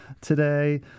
today